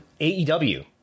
AEW